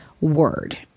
word